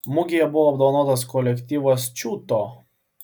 mugėje buvo apdovanotas kolektyvas čiūto